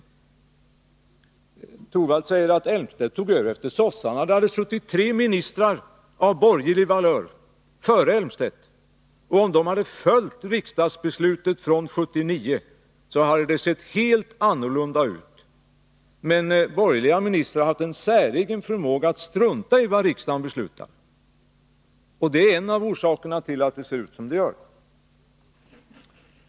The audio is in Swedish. Rune Torwald säger att Claes Elmstedt tog över efter sossarna. Nej, det hade suttit tre ministrar av borgerlig valör före Claes Elmstedt, och om de hade följt riksdagsbeslutet från 1979 hade det sett helt annorlunda ut. Borgerliga ministrar har emellertid haft en säregen förmåga att strunta i vad riksdagen beslutar, och det är en av orsakerna till att det ser ut som det gör.